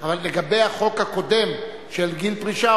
אבל לגבי החוק הקודם של גיל פרישה,